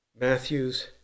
Matthew's